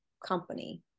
company